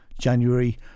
January